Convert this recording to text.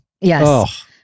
Yes